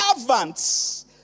servants